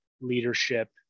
leadership